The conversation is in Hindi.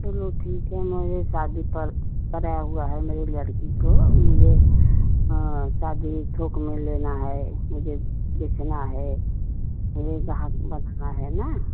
चलो ठीक है मुझे शादी पर कराया हुआ है मेरे लड़की को मुझे शादी थोक में लेना है मुझे बेचना है मुझे ग्राहक बनाना है न